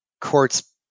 courts